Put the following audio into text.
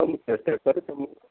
ତୁମକୁ ଯେତେ କହିଲେ ତୁମୁକୁ